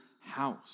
house